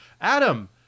Adam